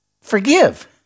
forgive